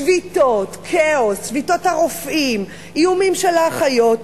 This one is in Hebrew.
שביתות, כאוס, שביתות הרופאים, איומים של האחיות,